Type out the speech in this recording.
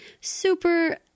super